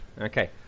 Okay